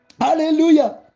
Hallelujah